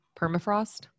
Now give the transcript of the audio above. permafrost